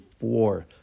four